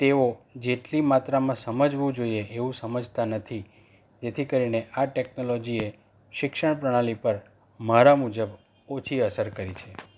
તેઓ જેટલી માત્રમાં સમજવું જોઈએ એવું સમજતા નથી જેથી કરીને આ ટેકનોલોજીએ શિક્ષણ પ્રણાલી પર મારા મુજબ ઓછી અસર કરી છે